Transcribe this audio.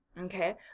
Okay